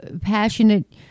passionate